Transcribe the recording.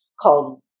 called